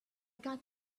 got